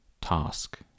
task